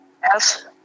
Yes